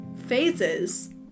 phases